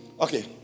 okay